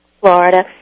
Florida